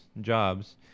jobs